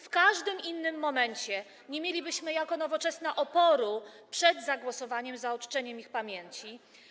W każdym innym momencie nie mielibyśmy jako Nowoczesna oporu przed zagłosowaniem za uczczeniem ich pamięci.